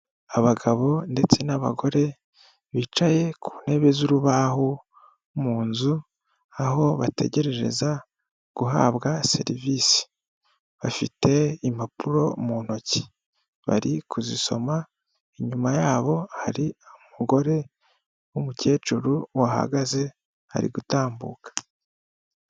Abagabo ndetse n'abagore bicaye ku ntebe z'urubaho mu nzu aho bategereza guhabwa serivisi, bafite impapuro mu ntoki bari kuzisoma inyuma yabo hari umugore w'umukecuru wahagaze ari gutambuka.